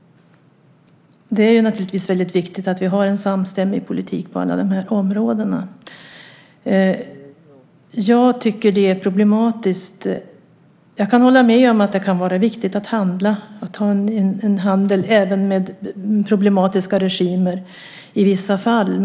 Det är naturligtvis väldigt viktigt att vi har en samstämmig politik på alla de här områdena. Jag håller med om att det kan vara viktigt att ha en handel även med problematiska regimer i vissa fall.